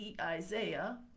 Isaiah